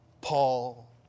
Paul